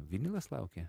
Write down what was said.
vinilas laukia